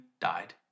died